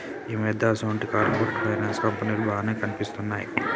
ఈ మధ్య ఈసొంటి కార్పొరేట్ ఫైనాన్స్ కంపెనీలు బానే కనిపిత్తున్నయ్